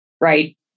right